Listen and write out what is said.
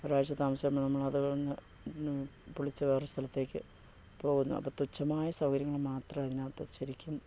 ഒരു ആഴ്ച്ച താമസിച്ചു കഴിയുമ്പം നമ്മൾ അതങ്ങ് പൊളിച്ചു വേറെ ഒരു സ്ഥലത്തേക്ക് പോകുന്നു അപ്പം തുച്ഛമായ സൗകര്യങ്ങൾ മാത്രം അതിനകത്ത് ശരിക്കും